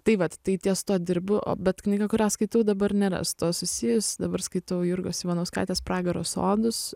tai vat tai ties tuo dirbu o bet knyga kurią skaitau dabar nėra su tuo susijus dabar skaitau jurgos ivanauskaitės pragaro sodus